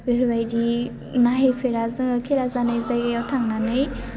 बेफोरबायदि नायहैफेरा जोङो खेला जानाय जायगायाव थांनानै